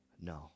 No